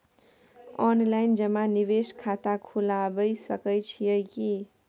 Online जमा निवेश खाता खुलाबय सकै छियै की?